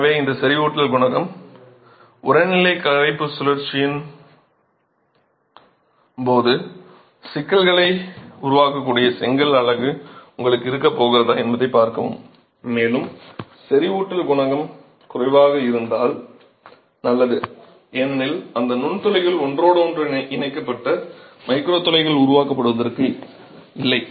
எனவே இந்த செறிவூட்டல் குணகம் உறைநிலைக் கரைப்பு சுழற்சியின் போது சிக்கல்களை உருவாக்கக்கூடிய செங்கல் அலகு உங்களுக்கு இருக்கப் போகிறதா என்பதைப் பார்க்கவும் மேலும் செறிவூட்டல் குணகம் குறைவாக இருந்தால் நல்லது ஏனெனில் அந்த நுண் துளைகள் ஒன்றோடொன்று இணைக்கப்பட்ட மைக்ரோ துளைகள் உருவாக்கப்படுவதற்கு இல்லை